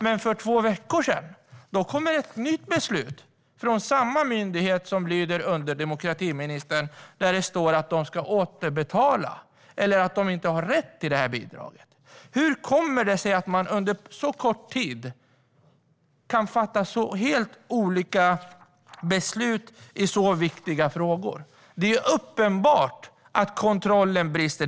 Men för två veckor sedan kom ett nytt beslut från samma myndighet, som lyder under demokratiministern, där det stod att de ska återbetala och att de inte har rätt till bidraget. Hur kommer det sig att man på så kort tid kan fatta så helt olika beslut i så viktiga frågor? Det är uppenbart att kontrollen brister.